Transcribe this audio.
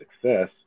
success